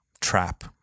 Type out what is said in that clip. trap